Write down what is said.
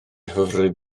hyfryd